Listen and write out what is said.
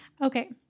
Okay